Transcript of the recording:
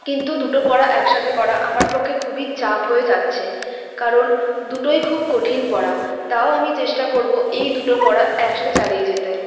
কিন্তু দুটো পড়া একসাথে করা আমার পক্ষে খুবই চাপ হয়ে যাচ্ছে কারণ দুটোই খুব কঠিন পড়া তাও আমি চেষ্টা করব এই দুটো পড়া একসাথে চালিয়ে যেতে